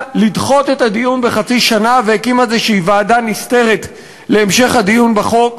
לדחות את הדיון בחצי שנה והקימה איזו ועדה נסתרת להמשך הדיון בחוק.